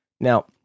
Now